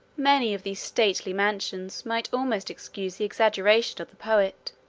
many of these stately mansions might almost excuse the exaggeration of the poet